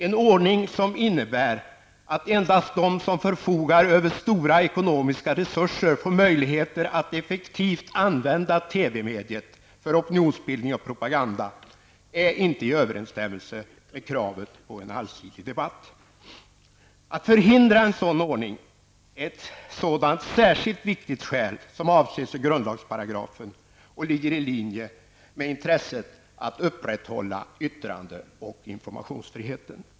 En ordning som innebär att endast de som förfogar över stora ekonomiska resurser får möjligheter att effektivt använda TV-mediet för opinionsbildning och propaganda är inte i överensstämmelse med kravet på en allsidig debatt. Att förhindra en sådan ordning är ett sådant särskilt viktigt skäl som avses med grundlagsparagrafen, och den ligger i linje med intresset att upprätthålla yttrande och informationsfriheten.